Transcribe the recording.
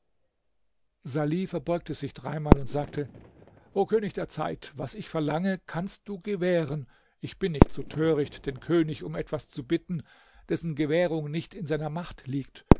salih verbeugte sich dreimal und sagte o könig der zeit was ich verlange kannst du gewähren ich bin nicht so töricht den könig um etwas zu bitten dessen gewährung nicht in seiner macht liegt